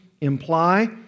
imply